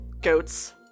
goats